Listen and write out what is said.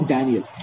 Daniel